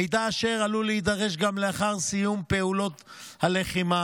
מידע אשר עלול להידרש גם לאחר סיום פעולות הלחימה,